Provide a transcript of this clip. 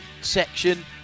section